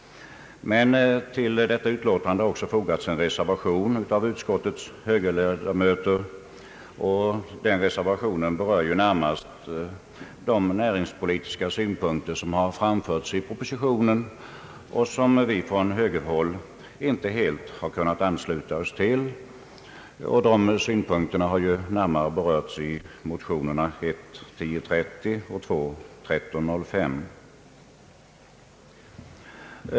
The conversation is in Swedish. Men till detta utlåtande har också fogats en reservation av utskottets högerledamöter. Reservationen berör närmast de näringspolitiska synpunkter som har framförts i propositionen och som vi på högerhåll inte helt har kunnat ansluta oss till. Våra synpunkter har närmare berörts i motionerna I: 1030 och II: 1305.